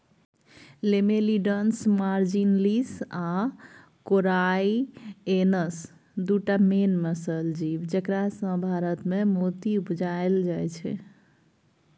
Lamellidens marginalis आ कोराइएनस दु टा मेन मसल जीब जकरासँ भारतमे मोती उपजाएल जाइ छै